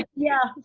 yeah.